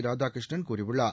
ராதாகிருஷ்ணன் கூறியுள்ளார்